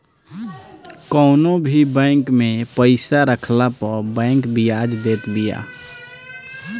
कवनो भी बैंक में पईसा रखला पअ बैंक बियाज देत बिया